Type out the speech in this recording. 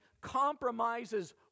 compromises